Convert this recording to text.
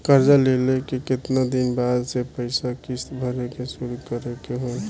कर्जा लेला के केतना दिन बाद से पैसा किश्त भरे के शुरू करे के होई?